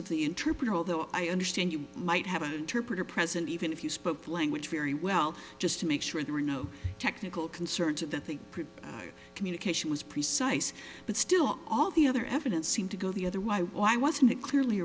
of the interpreter although i understand you might have an interpreter present even if you spoke the language very well just to make sure there were no technical concerns that the communication was precise but still all the other evidence seemed to go the other why wasn't it clearly